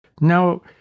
Now